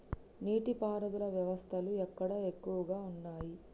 నీటి పారుదల వ్యవస్థలు ఎక్కడ ఎక్కువగా ఉన్నాయి?